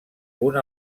punt